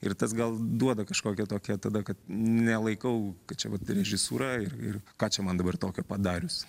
ir tas gal duoda kažkokią tokią tada kad nelaikau kad čia vat režisūra ir ir ką čia man dabar tokio padarius